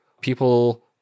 people